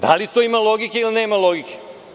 Da li to ima logike ili nema logike?